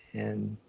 and